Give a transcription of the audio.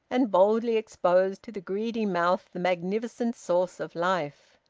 and boldly exposed to the greedy mouth the magnificent source of life.